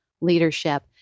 leadership